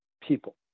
people